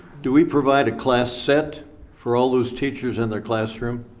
do we provide a class set for all those teachers in their classroom,